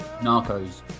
Narcos